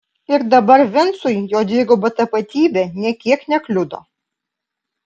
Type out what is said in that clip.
ir dabar vincui jo dviguba tapatybė nė kiek nekliudo